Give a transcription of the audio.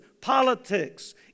politics